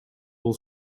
бул